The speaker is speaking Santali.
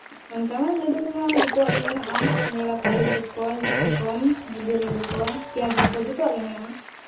ᱚᱱᱠᱟ ᱢᱟ ᱞᱟᱹᱰᱩ ᱠᱚᱢᱟ ᱡᱚᱛᱚᱣᱟᱜ ᱜᱮ ᱢᱮᱱᱟᱜᱼᱟ ᱥᱤᱸᱜᱟᱹᱲᱟ ᱟ ᱞᱩ ᱪᱚᱯ ᱠᱚ ᱢᱤᱥᱴᱤ ᱠᱚ ᱪᱤᱱᱤ ᱞᱟᱹᱰᱩ ᱠᱚ ᱯᱮᱸᱭᱟᱡᱤ ᱠᱚ ᱡᱚᱛᱚᱣᱟᱜ ᱜᱮ ᱢᱮᱱᱟᱜᱼᱟ